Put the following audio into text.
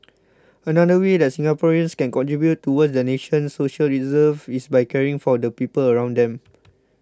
another way that Singaporeans can contribute towards the nation's social reserves is by caring for the people around them